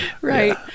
Right